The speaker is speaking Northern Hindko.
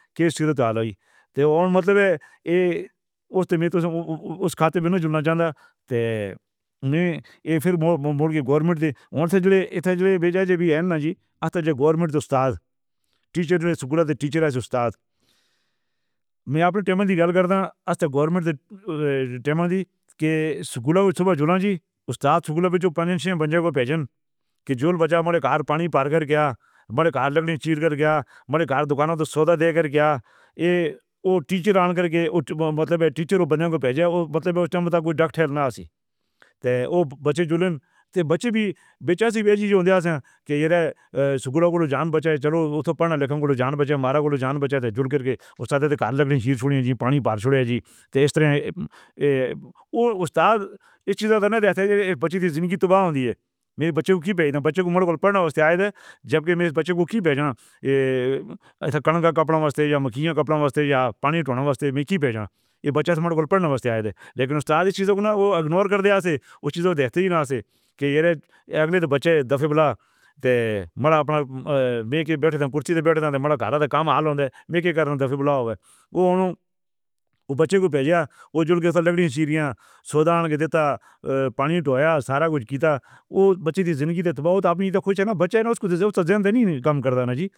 کےس کی تالاب۔ مطلب اوہ۔ اُسے تو میں اُس خاطر نہیں جانا۔ تے پھر گورنمنٹ دے بیجی۔ گورنمنٹ سٹاف ٹیچرز، سکولاں دے ٹیچر، سٹاف۔ میں اپنے ٹائم دی گَل کر رہا ہاں۔ گورنمنٹ دے ٹائم دی کے سکول چُلا جی۔ اُستاد سکول جو پیسے پیسے کو کیجَل بچہ مالک کا پانی بھر کے کیا بولے گھر لگݨے کے لیے کیا بولے؟ گھر دوکاناں تو سودا دے کر کے کیا۔ یے ٹیچر آنے کر کے مطلب ٹیچر بن جائے مطلب ٹائم تک کوئی ٹریول نہ سی تو بچے جلن تے بچے وی بیچائی زِندہ۔ کے سکول جان بچہ چلو اُوہاں پڑھنا لکھنا کو جان بچہ ہمارا جان بچہ ہے جو کر کے اُس دوکان لگݨے، چِیر چھوڑݨے جی، پانی بھر سویا جی تو اِس طرح سے اِس اُستاد اِس چیز کا نتیجہ اِس بچی کی زِندگی تباہ ہوتی ہے۔ بچے کو پڑھنا پسند ہے جبکہ بچے کو کی بھجن کَنک کا کپڑا وَستر یا مچھیاں کپڑوں واسطے یا پانی ڈالُوں گا۔ بس میں کی بجائے یے بچہ ٹھنڈی پڑݨا مَسٹ آیا تھا۔ لیکن اُس دِن چیزوں کو اِگنور کرتے سے اُسی دِن سے اگلے بچے دفے پر آ تے مالا اپنا بیٹھے کرسی پر بیٹھے ہیں۔ مالا کرنا تو کم ہی لوگ ہیں۔ میں کے کہہ رہا ہوں اب اوہ۔ بچے کو بھیجا تو جو لے کر لگ رہی سیریل سُدَرشن دے دے تا۔ پانی کا سارا کُچھ دے تا۔ اوہ بچے کی زِندگی تو آپ بھی خوش ہیں نا بچہ اُس کو تو زِندہ نہیں کردا نا جی۔